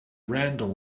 randall